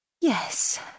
Yes